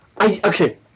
okay